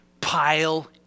pile